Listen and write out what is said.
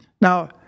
Now